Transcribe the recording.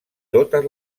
totes